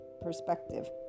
perspective